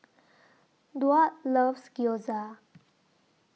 Duard loves Gyoza